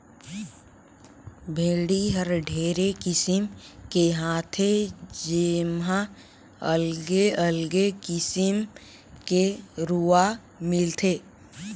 भेड़ी हर ढेरे किसिम के हाथे जेम्हा अलगे अगले किसिम के रूआ मिलथे